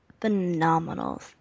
phenomenal